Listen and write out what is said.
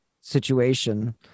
situation